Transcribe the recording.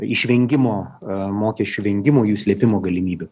išvengimo mokesčių vengimų jų slėpimo galimybių